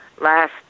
last